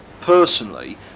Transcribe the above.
personally